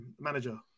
manager